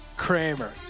Kramer